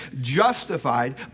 justified